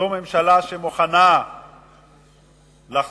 זו ממשלה שמוכנה לחזור